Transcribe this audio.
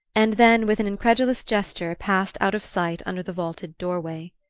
and then, with an incredulous gesture, passed out of sight under the vaulted doorway.